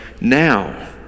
now